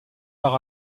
par